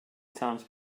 times